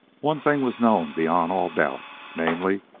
one thing was known beyond all doubt, namely,